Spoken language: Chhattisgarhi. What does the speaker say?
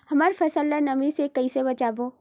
हमर फसल ल नमी से क ई से बचाबो?